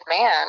man